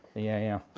yeah, yeah.